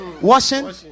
washing